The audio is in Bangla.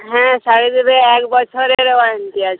হ্যাঁ সারিয়ে দেবে এক বছরের ওয়ারেন্টি আছে